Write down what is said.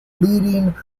leading